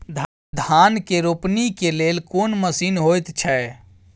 धान के रोपनी के लेल कोन मसीन होयत छै?